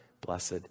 blessed